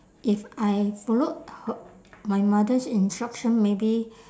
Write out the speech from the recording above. if I followed her my mother's instruction maybe